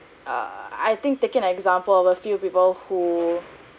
err I think take an example of a few people who